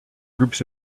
groups